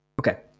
Okay